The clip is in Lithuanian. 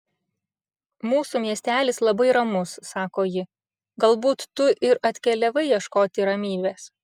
mūsų miestelis labai ramus sako ji galbūt tu ir atkeliavai ieškoti ramybės